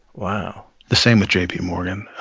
wow the same with jp yeah morgan.